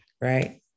right